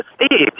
Steve